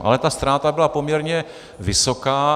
Ale ta ztráta byla poměrně vysoká.